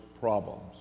problems